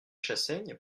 chassaigne